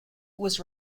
was